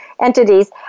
entities